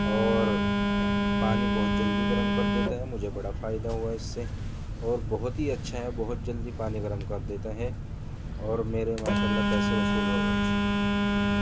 اور پانی بہت جلدی گرم کر دیتا ہے مجھے بڑا فائدہ ہوا ہے اس سے اور بہت ہی اچھا ہے بہت جلدی پانی گرم کر دیتا ہے اور میرے ماشاء اللہ پیسے وصول ہو گیے اس